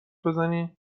بزنی